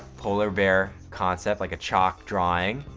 polar bear concept, like a chalk drawing.